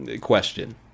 question